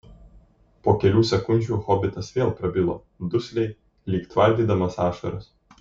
po kelių sekundžių hobitas vėl prabilo dusliai lyg tvardydamas ašaras